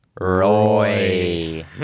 Roy